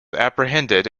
apprehended